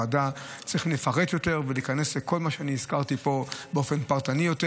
בוועדה צריך לפרט יותר ולהיכנס לכל מה שהזכרתי פה באופן פרטני יותר,